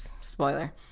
spoiler